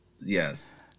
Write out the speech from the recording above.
Yes